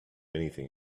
anything